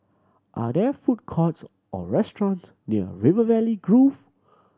are there food courts or restaurants near River Valley Grove